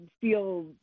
feel